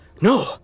No